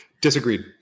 Disagreed